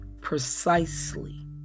precisely